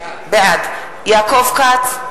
בעד יעקב כץ,